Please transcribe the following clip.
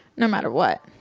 no matter what.